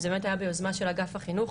וזה באמת היה ביוזמה של אגף החינוך,